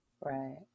Right